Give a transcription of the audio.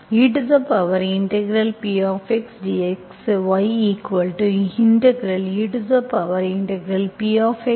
ePxdx yePdx qxdxC